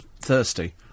thirsty